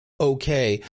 okay